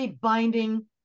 binding